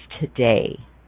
today